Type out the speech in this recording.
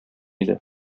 иде